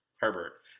Herbert